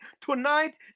Tonight